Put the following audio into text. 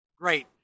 Great